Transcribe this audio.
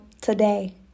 Today